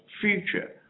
future